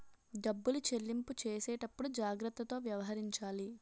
డబ్బులు చెల్లింపు చేసేటప్పుడు జాగ్రత్తతో వ్యవహరించాలి